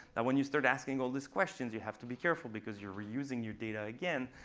and when you start asking all these questions, you have to be careful, because you're reusing your data again.